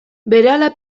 berehala